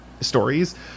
stories